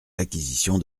l’acquisition